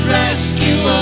rescue